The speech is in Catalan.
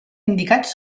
indicats